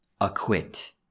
acquit